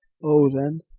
oh, then,